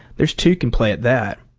there's two can play at that.